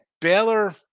Baylor